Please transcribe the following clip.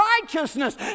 righteousness